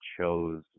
chose